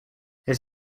his